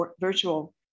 virtual